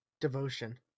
devotion